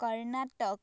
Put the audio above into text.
Karnataka